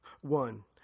One